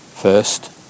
first